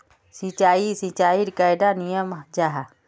सिंचाई सिंचाईर कैडा नियम जाहा?